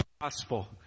gospel